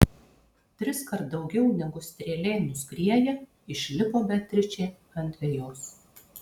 triskart daugiau negu strėlė nuskrieja išlipo beatričė ant vejos